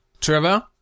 Trevor